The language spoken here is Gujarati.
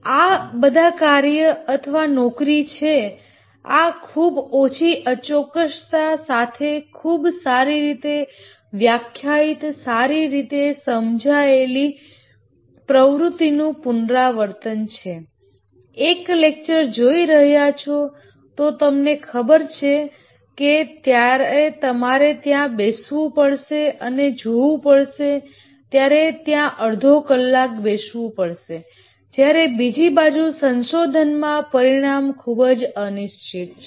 આ બધા કાર્ય અથવા નોકરી છે આ ખૂબ ઓછી અચોક્કસતા સાથેની ખૂબ સારી રીતે વ્યાખ્યાયિત સારી રીતે સમજાયેલી પ્રવૃત્તિનું પુનરાવર્તન છે એક લેક્ચર જોઈ રહ્યા છો તો તમને ખબર છે કે તમારે ત્યાં બેસવું પડશે અને જોવું પડશે તમારે ત્યાં અડધો કલાક બેસવું પડશે જ્યારે બીજી બાજુ સંશોધનમાં પરિણામ ખૂબ જ અનિશ્ચિત છે